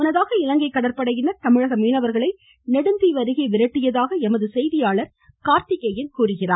முன்னதாக இலங்கை கடற்படையினர் தமிழக மீனவர்களை நெடுந்தீவு அருகே விரட்டியதாக எமது செய்தியாளர் கார்த்திகேயன் தெரிவிக்கிறார்